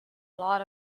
lot